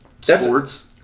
sports